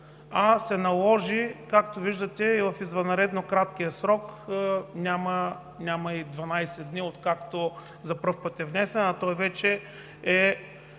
а се наложи, както виждате, в извънредно краткия срок – няма и 12 дни, откакто за първи път е внесен, а той вече е